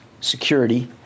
security